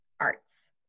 arts